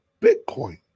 Bitcoin